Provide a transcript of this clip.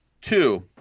Two